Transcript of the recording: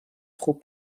خوب